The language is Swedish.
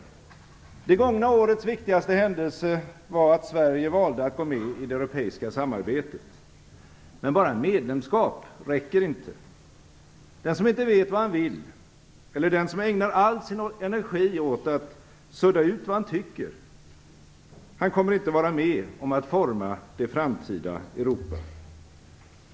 Det gångna årets viktigaste händelse var att Sverige valde att gå med i det europeiska samarbetet. Men bara medlemskap räcker inte. Den som inte vet vad han vill eller den som ägnar all sin energi åt att sudda ut vad han tycker kommer inte att vara med om att forma det framtida Europa.